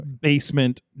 basement